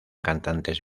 cantantes